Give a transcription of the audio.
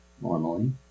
normally